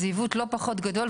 זה עיוות לא פחות גדול,